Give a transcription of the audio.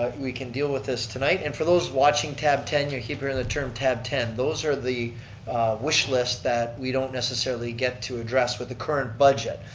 ah we can deal with this tonight, and for those watching, tab ten, you keep hearing the term tab ten. those are the wish lists that we don't necessarily get to address with the current budget,